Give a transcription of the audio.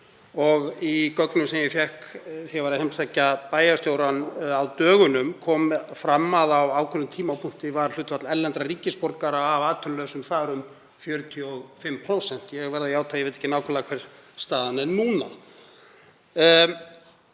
Í gögnum sem ég fékk, þegar ég heimsótti bæjarstjórann á dögunum, kom fram að á ákveðnum tímapunkti var hlutfall erlendra ríkisborgara af atvinnulausum þar um 45%. Ég verð að játa að ég veit ekki nákvæmlega hver staðan er núna.